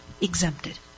exempted